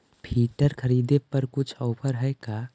Filter खरिदे पर कुछ औफर है का?